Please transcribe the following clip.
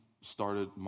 started